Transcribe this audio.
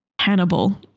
Hannibal